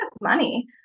money